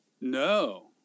No